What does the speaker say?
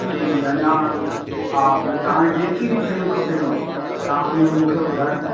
जी जी अञा हा तव्हांखे जेकी बि शयूं खपनिव तव्हां हुन में मूंखे ॿुधायो